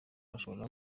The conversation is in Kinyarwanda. bashobora